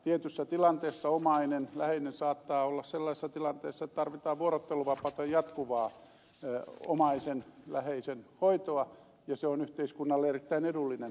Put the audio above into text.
tietyssä tilanteessa omainen läheinen saattaa olla sellaisessa tilanteessa että tarvitaan vuorotteluvapaata tai jatkuvaa omaisen läheisen hoitoa ja se on yhteiskunnalle erittäin edullinen malli